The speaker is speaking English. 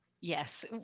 Yes